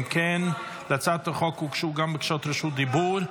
אם כן, להצעת החוק הוגשו גם בקשות רשות דיבור.